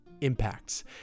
impacts